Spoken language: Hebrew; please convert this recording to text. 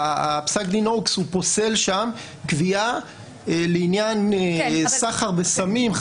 פסק דין אוקס פוסל שם תביעה לעניין סחר בסמים,